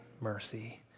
mercy